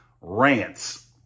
Rants